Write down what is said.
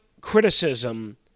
criticism